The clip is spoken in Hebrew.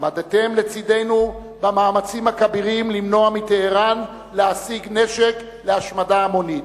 עמדתם לצדנו במאמצים הכבירים למנוע מטהרן להשיג נשק להשמדה המונית,